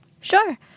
Sure